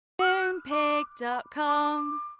Moonpig.com